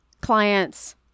clients